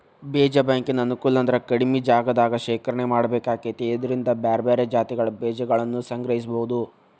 ಬೇಜ ಬ್ಯಾಂಕಿನ ಅನುಕೂಲ ಅಂದ್ರ ಕಡಿಮಿ ಜಗದಾಗ ಶೇಖರಣೆ ಮಾಡ್ಬೇಕಾಕೇತಿ ಇದ್ರಿಂದ ಬ್ಯಾರ್ಬ್ಯಾರೇ ಜಾತಿಗಳ ಬೇಜಗಳನ್ನುಸಂಗ್ರಹಿಸಬೋದು